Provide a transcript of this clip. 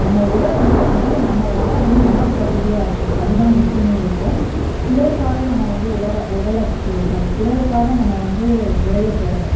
நம்ம உடை வந்துட்டு முதலில் நம்ம உடை வந்து நமக்கு வசதியாக இருக்கணும் அதுதான் முக்கியமே ஒழிய பிறருக்காக நம்ம வந்து உடற உடலை ச்சி ஸாரி பிறருக்காக நம்ம வந்து உடையை போடலை